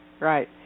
right